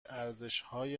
ارزشهای